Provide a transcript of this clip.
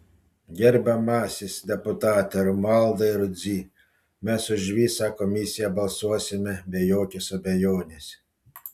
gerbiamasis deputate romualdai rudzy mes už visą komisiją balsuosime be jokios abejonės